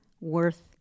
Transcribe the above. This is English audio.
worth